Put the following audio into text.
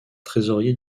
trésorier